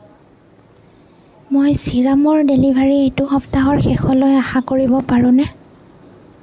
মই ছিৰামৰ ডেলিভাৰী এইটো সপ্তাহৰ শেষলৈ আশা কৰিব পাৰোঁনে